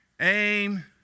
aim